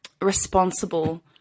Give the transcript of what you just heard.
responsible